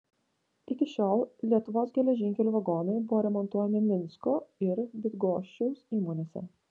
iki šiol lietuvos geležinkelių vagonai buvo remontuojami minsko ir bydgoščiaus įmonėse